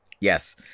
Yes